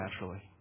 naturally